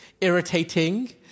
irritating